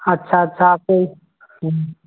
अच्छा अच्छा